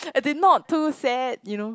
as in not too sad you know